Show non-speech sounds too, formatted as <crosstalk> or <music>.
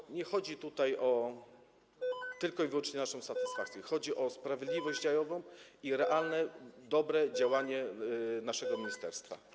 I nie chodzi tutaj <noise> tylko i wyłącznie o naszą satysfakcję, chodzi o sprawiedliwość dziejową i realne, dobre działanie naszego ministerstwa.